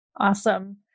Awesome